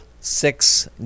six